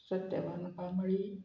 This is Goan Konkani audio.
सत्यवान कांमळी